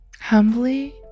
humbly